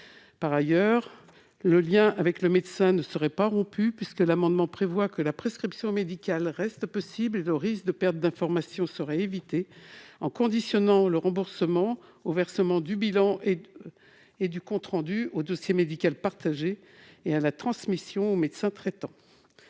Par ailleurs, le lien avec le médecin ne serait pas rompu, puisque la prescription médicale resterait possible et le risque de perte d'informations serait évité en conditionnant le remboursement au versement du bilan et du compte rendu au dossier médical partagé et à la transmission au médecin traitant.